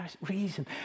reason